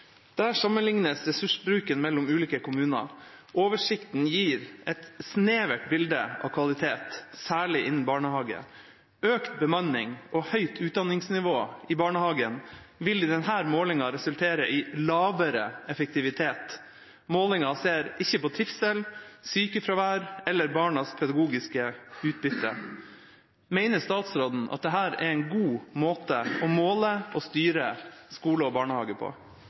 Der sammenlignes ressursbruken mellom ulike kommuner. Oversikten gir et snevert bilde av kvalitet, særlig innen barnehage. Økt bemanning og høyt utdanningsnivå i barnehagen vil i denne målingen resultere i lavere effektivitet. Målinga ser ikke på trivsel, sykefravær eller barnas pedagogiske utbytte. Mener statsråden dette er en god måte å måle og styre skole og barnehage på?»